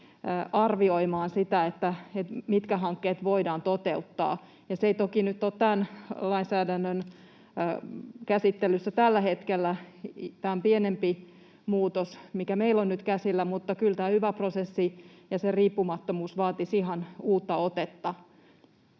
arvioimaan sitä, mitkä hankkeet voidaan toteuttaa. Se ei toki ole tämän lainsäädännön käsittelyssä tällä hetkellä — tämä on pienempi muutos, mikä meillä on nyt käsillä — mutta kyllä tämä yva-prosessi ja sen riippumattomuus vaatisi ihan uutta otetta.